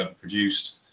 produced